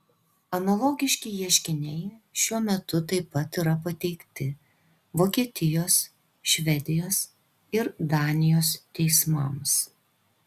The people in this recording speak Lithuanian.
analogiški ieškiniai šiuo metu taip pat yra pateikti vokietijos švedijos ir danijos teismams